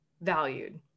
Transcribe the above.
valued